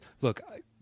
Look